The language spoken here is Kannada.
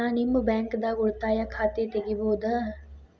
ನಾ ನಿಮ್ಮ ಬ್ಯಾಂಕ್ ದಾಗ ಉಳಿತಾಯ ಖಾತೆ ತೆಗಿಬಹುದ?